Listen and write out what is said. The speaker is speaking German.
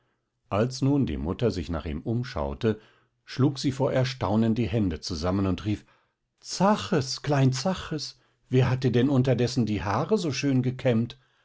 als nun die mutter sich nach ihm umschaute schlug sie vor erstaunen die hände zusammen und rief zaches klein zaches wer hat dir denn unterdessen die haare so schön gekämmt